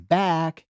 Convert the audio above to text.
back